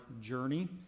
journey